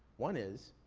one is,